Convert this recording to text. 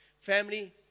Family